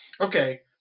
okay